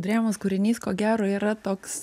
drėmos kūrinys ko gero yra toks